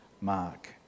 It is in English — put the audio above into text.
mark